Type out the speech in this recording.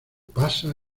pasa